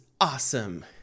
awesome